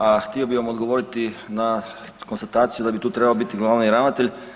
A htio bih vam odgovoriti na konstataciju da bi tu trebao biti glavni ravnatelj.